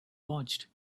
watched